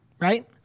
right